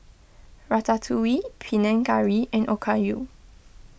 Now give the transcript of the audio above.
Ratatouille Panang Curry and Okayu